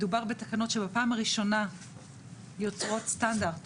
מדובר בתקנות שבפעם הראשונה יוצרות סטנדרט